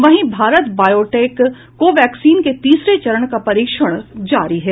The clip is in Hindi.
वहीं भारत बायोटेक कोवैक्सीन के तीसरे चरण का परीक्षण जारी है